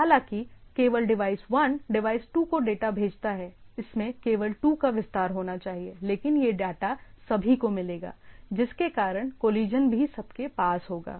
हालांकि केवल device 1 device 2 को डाटा भेजता है इसमें केवल 2 का विस्तार होना चाहिए लेकिन यह डाटा सभी को मिलेगा जिसके कारण कॉलीजन भी सबके पास होगा